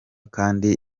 kandi